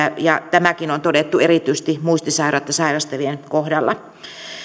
ja tämäkin on todettu erityisesti muistisairautta sairastavien kohdalla